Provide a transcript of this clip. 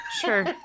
Sure